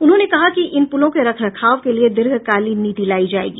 उन्होंने कहा कि इन पुलों के रख रखाव के लिये दीर्घकालीन नीति लायी जायेगी